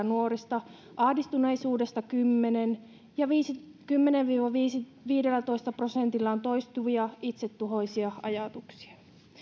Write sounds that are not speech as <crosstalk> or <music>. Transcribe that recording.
<unintelligible> nuorista ahdistuneisuudesta kymmenen prosenttia ja kymmenellä viiva viidellätoista prosentilla on toistuvia itsetuhoisia ajatuksia